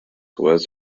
was